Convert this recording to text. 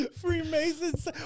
Freemasons